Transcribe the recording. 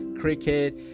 cricket